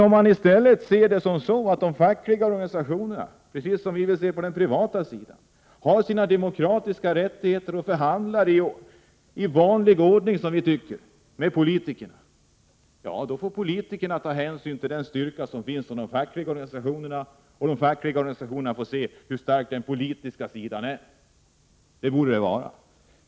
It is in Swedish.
Om i stället de fackliga organisationerna — precis som inom den privata sektorn — fick använda sina demokratiska rättigheter och förhandla i vanlig ordning med politikerna, då finge politikerna ta hänsyn till den styrka som finns hos de fackliga organisationerna, och de fackliga organisationerna skulle få se hur stark den politiska sidan är. Så borde det vara.